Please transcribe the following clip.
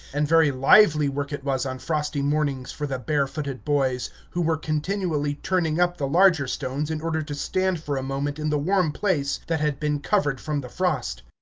and very lively work it was on frosty mornings for the barefooted boys, who were continually turning up the larger stones in order to stand for a moment in the warm place that had been covered from the frost.